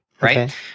right